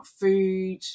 food